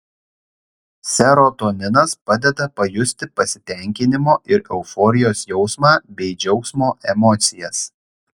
serotoninas padeda pajusti pasitenkinimo ir euforijos jausmą bei džiaugsmo emocijas